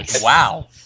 Wow